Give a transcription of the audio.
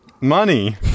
money